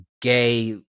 gay